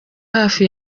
hafi